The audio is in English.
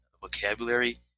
vocabulary